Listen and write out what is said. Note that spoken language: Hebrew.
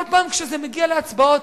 כל פעם כשזה מגיע להצבעות,